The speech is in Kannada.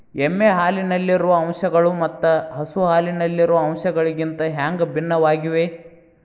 ಎಮ್ಮೆ ಹಾಲಿನಲ್ಲಿರುವ ಅಂಶಗಳು ಮತ್ತ ಹಸು ಹಾಲಿನಲ್ಲಿರುವ ಅಂಶಗಳಿಗಿಂತ ಹ್ಯಾಂಗ ಭಿನ್ನವಾಗಿವೆ?